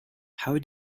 how